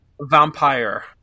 vampire